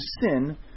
sin